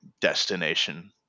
destination